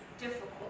difficult